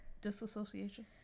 disassociation